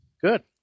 Good